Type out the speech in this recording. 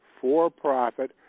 for-profit